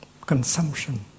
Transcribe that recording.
consumption